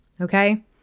Okay